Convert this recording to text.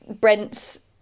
Brent's